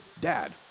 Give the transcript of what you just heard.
dad